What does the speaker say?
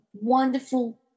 wonderful